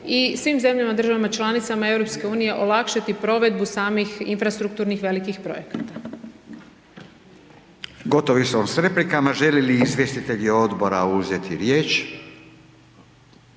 i svim zemljama državama članicama EU-a olakšati provedbu samih infrastrukturnih velikih projekata. **Radin, Furio (Nezavisni)** Gotovi smo sa replikama. Žele li izvjestitelji odbora uzeti riječ?